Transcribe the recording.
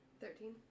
Thirteen